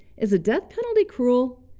is the death penalty cruel?